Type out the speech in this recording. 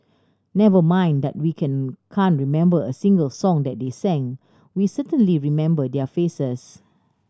never mind that we can can't remember a single song that they sang we certainly remember their faces